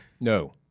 No